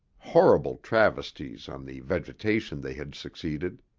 horrible travesties on the vegetation they had succeeded.